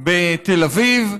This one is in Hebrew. בתל אביב,